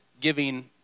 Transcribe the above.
giving